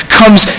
comes